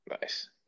Nice